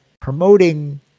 promoting